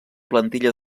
plantilla